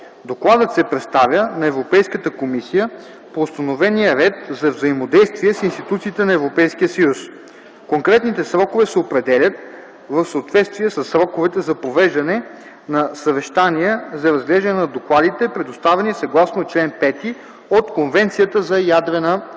Докладът се представя на Европейската комисия по установения ред за взаимодействие с институциите на Европейския съюз. Конкретните срокове се определят в съответствие със сроковете за провеждане на съвещания за разглеждане на докладите, представени съгласно чл. 5 от Конвенцията за ядрена безопасност.